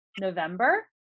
november